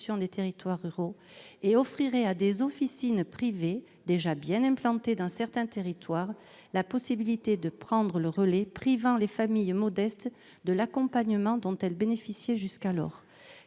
des territoires ruraux et offrirait à des officines privées, déjà bien implantées dans certains territoires, la possibilité de prendre le relais, privant les familles modestes de l'accompagnement dont elles bénéficiaient jusqu'alors.